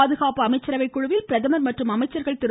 பாதுகாப்பு அமைச்சரவை குழுவில் பிரதமர் மற்றும் அமைச்சர்கள் ் திரு